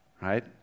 right